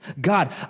God